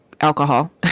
alcohol